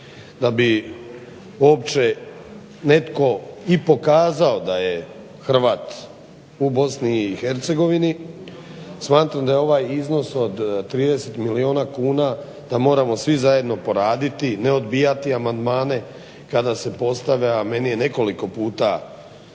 da bi uopće netko i pokazao da je Hrvat u Bosni i Hercegovini. Smatram da je ovaj iznos od 30 milijuna kuna, da moramo svi zajedno poraditi, ne odbijati amandmane kada se postave, a meni je nekoliko puta,